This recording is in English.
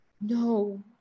no